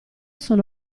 sono